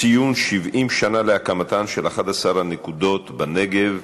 ציון 70 שנה להקמתן של 11 הנקודות בנגב,